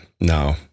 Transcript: No